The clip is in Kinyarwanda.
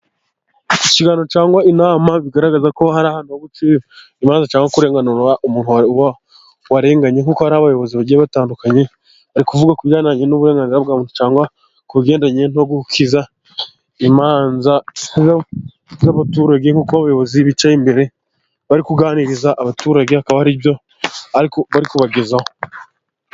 Ikiganiro cyangwa inama bigaragaza ko hari ahantu ho guci imanza cyangwa kurenganura umuntu warenganye, kuko hari abayobozi bagiye batandukanye bari kuvuga ku bijyanye n'uburenganzira bwa muntu cyangwa ku bigedanye no gukiza imanza z'abaturage, nk'uko abayobozi bicaye imbere bari kuganiriza, abaturage akaba aribyo bari kubagezaho.